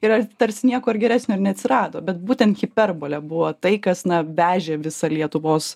yra tarsi nieko ir geresnio neatsirado bet būtent hiperbolė buvo tai kas na vežė visą lietuvos